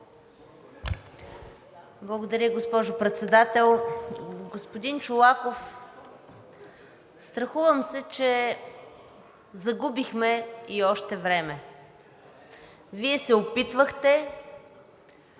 Благодаря Ви, госпожо Председател. Господин Чолаков, страхувам се, че загубихме и още време. Вие се опитвахте